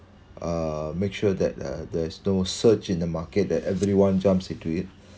uh make sure that uh there's no surge in the market that everyone jumps into it